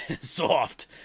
soft